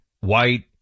white